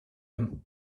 him